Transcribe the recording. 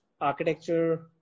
architecture